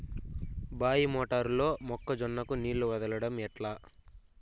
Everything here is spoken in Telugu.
బాయి మోటారు లో మొక్క జొన్నకు నీళ్లు వదలడం ఎట్లా?